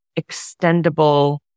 extendable